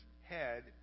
head